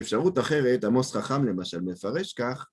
אפשרות אחרת, עמוס חכם למשל מפרש כך,